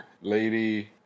Lady